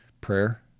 prayer